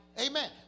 Amen